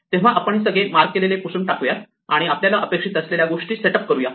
तेव्हा आपण हे सगळे मार्क केलेले पुसून टाकुयात आणि आपल्याला अपेक्षित असलेल्या गोष्टी सेटअप करूया